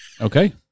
Okay